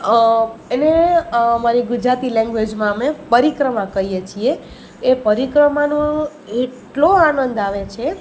એને મારી ગુજરાતી લેંગ્વેજમાં અમે પરિક્રમા કહીએ છીએ એ પરિક્રમાનો એટલો આનંદ આવે છે